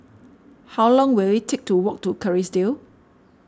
how long will it take to walk to Kerrisdale